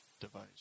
device